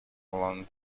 along